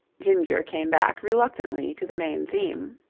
ginger came back reluctantly to the main theme.